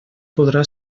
podrà